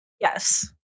Yes